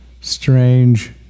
strange